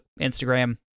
Instagram